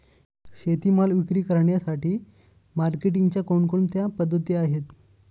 शेतीमाल विक्री करण्यासाठी मार्केटिंगच्या कोणकोणत्या पद्धती आहेत?